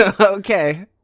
Okay